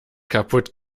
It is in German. kaputt